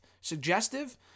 Suggestive